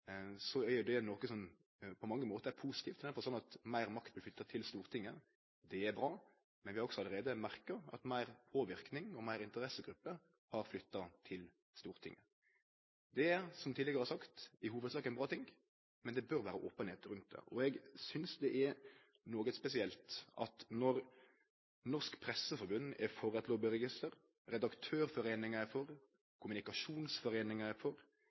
det noko som på mange måtar er positivt, i den forstand at meir makt blir flytta til Stortinget. Det er bra, men vi har også allereie merka at meir påverknad og fleire interessegrupper har flytta til Stortinget. Det er, som eg tidlegare har sagt, i hovudsak ein bra ting, men det bør vere openheit rundt det, og eg synest det er nokså spesielt – når Norsk Presseforbund er for eit lobbyregister, Redaktørforeningen er for, Kommunikasjonsforeningen er for